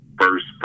first